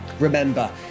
Remember